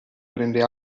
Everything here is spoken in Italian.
prende